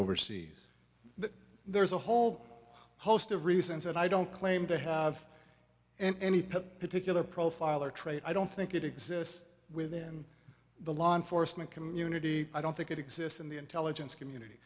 overseas that there's a whole host of reasons that i don't claim to have any particular profile or trait i don't think it exists within the law enforcement community i don't think it exists in the intelligence community